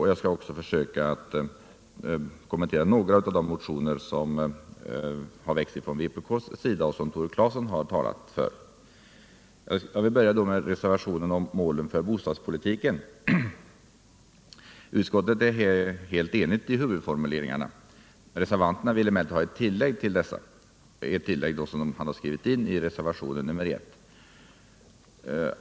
Men jag skall också försöka att något kommentera några av de motioner som har väckts av vpk och som Tore Claeson har talat för. Jag vill börja med reservationen om målen för bostadspolitiken. Utskottet är här helt enigt i huvudformuleringarna. Reservanterna vill emellertid ha ett tillägg till dessa — ett tillägg som de har skrivit in i reservationen 1.